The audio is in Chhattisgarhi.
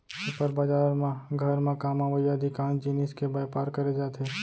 सुपर बजार म घर म काम अवइया अधिकांस जिनिस के बयपार करे जाथे